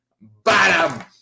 Bottom